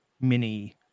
mini